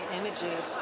images